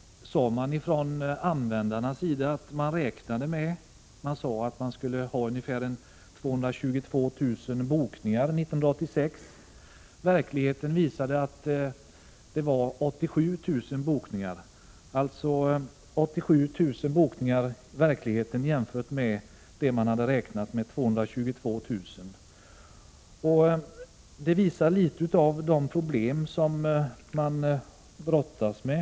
Man sade från användarnas sida att man räknade med ungefär 222 000 bokningar år 1986. I verkligheten blev det 87 000 bokningar. Detta visar litet av de problem som man brottas med.